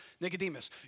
Nicodemus